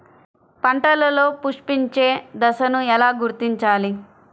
పంటలలో పుష్పించే దశను ఎలా గుర్తించాలి?